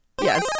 Yes